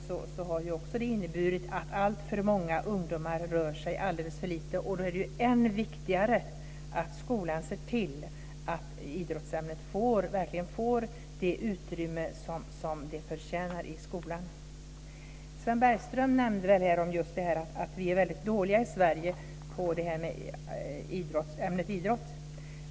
Det har inneburit att alltför många ungdomar rör sig alldeles för lite. Och då är det ju än viktigare att skolan ser till att idrottsämnet verkligen får det utrymme som det förtjänar i skolan. Sven Bergström talade om att vi i Sverige är mycket dåliga på ämnet idrott.